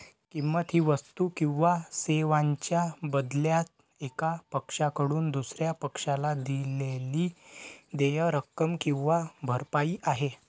किंमत ही वस्तू किंवा सेवांच्या बदल्यात एका पक्षाकडून दुसर्या पक्षाला दिलेली देय रक्कम किंवा भरपाई आहे